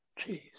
Jeez